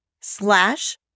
slash